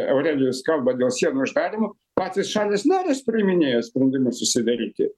aurelijus kalba dėl sienų uždarymo patys šalys narės priiminėja sprendimus užsidaryti